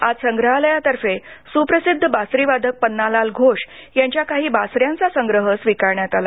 आज संग्रहालयातर्फे सुप्रसिद्ध बासरीवादक पन्नालाल घोष यांच्या काही बासऱ्यांचा संग्रह स्वीकारण्यात आला